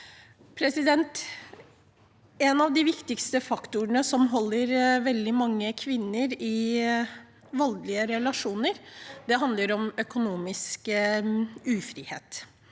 En av de viktigste faktorene som holder veldig mange kvinner i voldelige relasjoner, handler om økonomisk ufrihet.